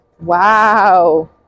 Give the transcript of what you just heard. Wow